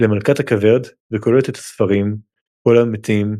למלכת הכוורת וכוללת את הספרים קול למתים,